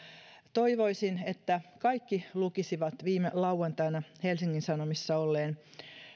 toivoisin että kaikki lukisivat viime lauantaina helsingin sanomissa olleen